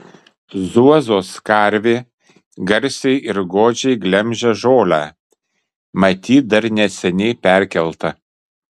zuozos karvė garsiai ir godžiai glemžia žolę matyt dar neseniai perkelta